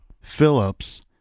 Phillips